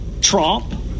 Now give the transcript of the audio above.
Trump